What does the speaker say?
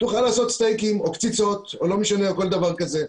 תוכל לעשות סטייקים או קציצות או כל דבר כזה.